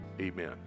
Amen